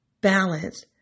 balance